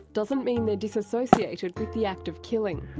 doesn't mean they're disassociated with the act of killing.